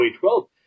2012